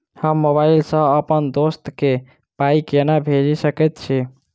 हम मोबाइल सअ अप्पन दोस्त केँ पाई केना भेजि सकैत छी?